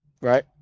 right